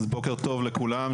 בוקר טוב לכולם,